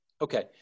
okay